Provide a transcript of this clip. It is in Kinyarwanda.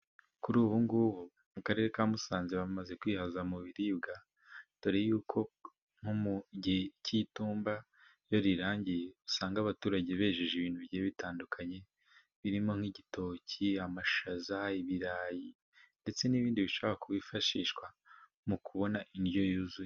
Kuri ubu ngubu, mu karere ka Musanze bamaze kwihaza mu biribwa, dore y' uko nko mu gihe cy' itumba, iyo rirangiye usanga abaturage bejeje, ibintu bigiye bitandukanye birimo, nk' igitoki, amashaza, ibirayi ndetse n' ibindi bishobora kwifashishwa mu kubona indyo yuzuye.